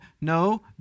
No